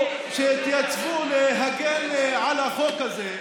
שהתייצבו להגן על החוק הזה,